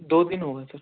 دو دن ہو گئے سر